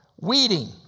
weeding